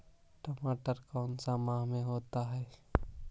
टमाटर कौन सा माह में होता है?